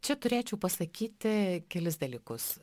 čia turėčiau pasakyti kelis dalykus